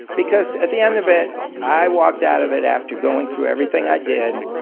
because at the end of it, i walked out of it after going through everything i did,